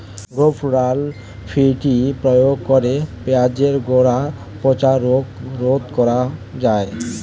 Rovral fifty প্রয়োগ করে পেঁয়াজের গোড়া পচা রোগ রোধ করা যায়?